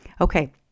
Okay